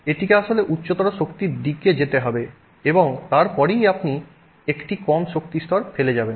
এটিকে আসলে উচ্চতর শক্তির দিকে যেতে হবে এবং তারপরেই আপনি একটি কম শক্তি স্তর ফেলে যাবেন